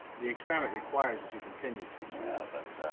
the experiment requires that you continue, teacher. but,